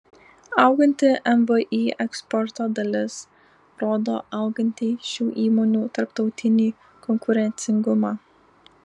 auganti mvį eksporto dalis rodo augantį šių įmonių tarptautinį konkurencingumą